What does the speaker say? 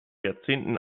jahrzehnten